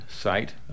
site